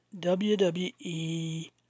WWE